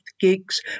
gigs